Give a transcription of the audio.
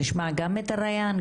אנחנו נשמע גם את ריאן,